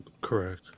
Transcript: Correct